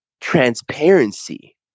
transparency